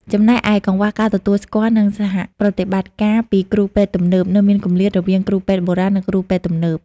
ចំណែកឯ កង្វះការទទួលស្គាល់ និងសហប្រតិបត្តិការពីគ្រូពេទ្យទំនើប នៅមានគម្លាតរវាងគ្រូពេទ្យបុរាណ និងគ្រូពេទ្យទំនើប។